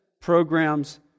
programs